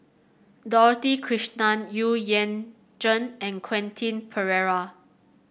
Dorothy Krishnan Xu Yuan Zhen and Quentin Pereira